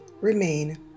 remain